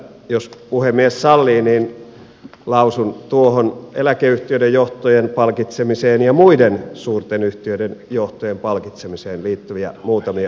jos puhemies sallii niin lausun tuohon eläkeyhtiöiden johtojen palkitsemiseen ja muiden suurten yhtiöiden johtojen palkitsemiseen liittyviä muutamia ajatuksia